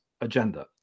agenda